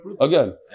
again